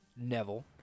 neville